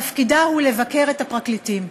תפקידה הוא לבקר את הפרקליטים.